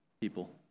people